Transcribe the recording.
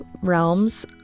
realms